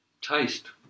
taste